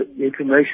information